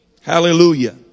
hallelujah